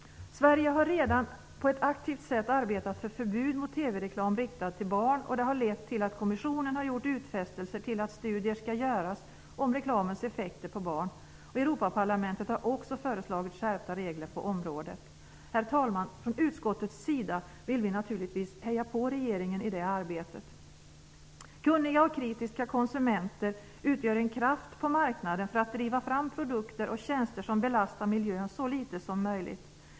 Sverige har redan på ett aktivt sätt arbetat för förbud mot TV-reklam riktad till barn, och det har lett till att kommissionen har gjort utfästelser om att studier skall göras om reklamens effekter på barn. Europaparlamentet har också föreslagit skärpta regler på området. Herr talman! Från utskottets sida vill vi naturligtvis heja på regeringen i det arbetet. Kunniga och kritiska konsumenter utgör en kraft på marknaden för att driva fram produkter och tjänster som belastar miljön så litet som möjligt.